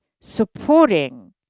supporting